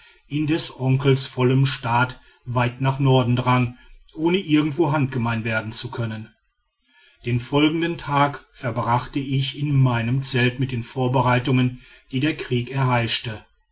in des onkels vollem staat weit nach norden drang ohne irgendwo handgemein werden zu können mohammed zeigt sich seinen feinden den folgenden tag verbrachte ich in meinem zelt mit den vorbereitungen die der krieg erheischte